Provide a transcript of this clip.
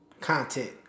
content